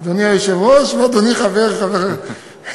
אדוני היושב-ראש ואדוני חבר הכנסת.